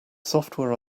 software